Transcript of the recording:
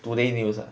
today news lah